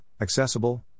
accessible